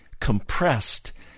compressed